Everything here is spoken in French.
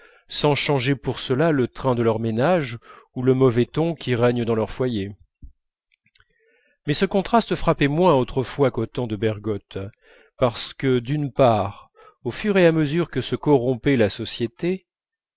sans changer pour cela le train de leur ménage ou le mauvais ton qui règne dans leur foyer mais ce contraste frappait moins autrefois qu'au temps de bergotte parce que d'une part au fur et à mesure que se corrompait la société